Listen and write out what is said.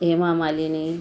Hema Malini